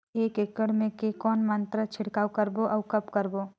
एक एकड़ मे के कौन मात्रा छिड़काव करबो अउ कब करबो?